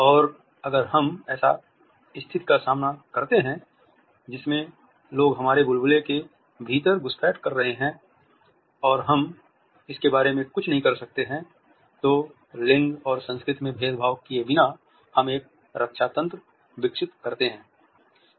और अगर हम एक ऐसी स्थिति का सामना करते हैं जिसमें लोग हमारे बुलबुले के भीतर घुसपैठ कर रहे हैं और हम इसके बारे में कुछ नहीं कर सकते हैं तो लिंग और संस्कृति में भेद भाव किये बिना हम एक रक्षा तंत्र विकसित करते हैं